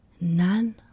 none